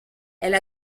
elle